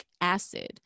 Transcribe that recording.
acid